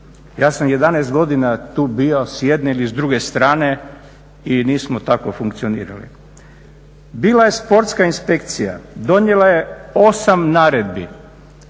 Ja sam 11 godina tu bio s jedne ili s druge strane i nismo tako funkcionirali. Bila je sportska inspekcija, donijela je 8 naredbi.